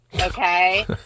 Okay